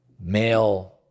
Male